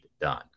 done